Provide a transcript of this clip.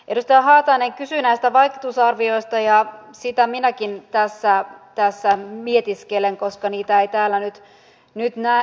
edustaja haatainen kysyi näistä vaikutusarvioista ja sitä minäkin tässä mietiskelen koska niitä ei täällä nyt näy